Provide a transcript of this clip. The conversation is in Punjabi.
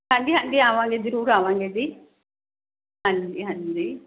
ਹਾਂਜੀ ਹਾਂਜੀ ਆਵਾਂਗੇ ਜ਼ਰੂਰ ਆਵਾਂਗੇ ਜੀ ਹਾਂਜੀ ਹਾਂਜੀ